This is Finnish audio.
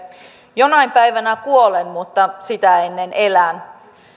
jonain päivänä kuolen mutta sitä ennen elän